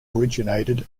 originated